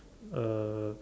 uh